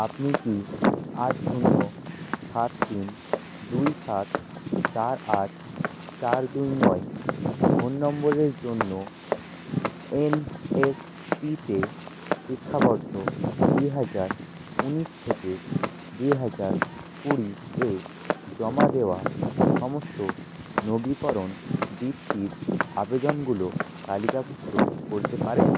আপনি কি আট শূন্য সাত তিন দুই সাত চার আট চার দুই নয় ফোন নম্বরের জন্য এন এস পিতে শিক্ষাবর্ষ দুই হাজার ঊনিশ থেকে দুই হাজার কুড়ি এ জমা দেওয়া সমস্ত নবীকরণ বৃত্তির আবেদনগুলো তালিকাভুক্ত করতে পারেন